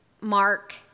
Mark